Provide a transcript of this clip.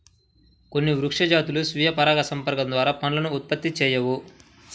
కొన్ని వృక్ష జాతులు స్వీయ పరాగసంపర్కం ద్వారా పండ్లను ఉత్పత్తి చేయవు